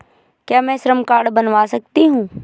क्या मैं श्रम कार्ड बनवा सकती हूँ?